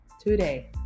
today